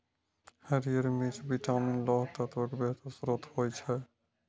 हरियर मिर्च विटामिन, लौह तत्वक बेहतर स्रोत होइ छै